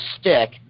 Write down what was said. stick